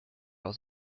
aus